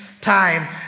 time